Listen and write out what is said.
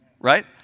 right